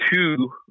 two